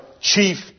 chief